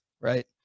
right